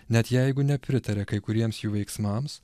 net jeigu nepritaria kai kuriems jų veiksmams